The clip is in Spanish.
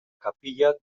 capilla